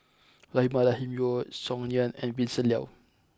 Rahimah Rahim Yeo Song Nian and Vincent Leow